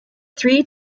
three